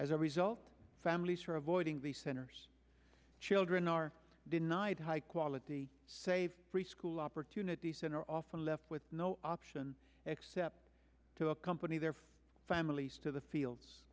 as a result families are avoiding the centers children are denied high quality save free school opportunities and are often left with no option except to accompany their families to the fields